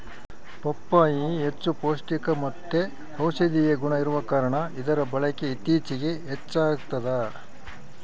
ಪಪ್ಪಾಯಿ ಹೆಚ್ಚು ಪೌಷ್ಟಿಕಮತ್ತೆ ಔಷದಿಯ ಗುಣ ಇರುವ ಕಾರಣ ಇದರ ಬಳಕೆ ಇತ್ತೀಚಿಗೆ ಹೆಚ್ಚಾಗ್ತದ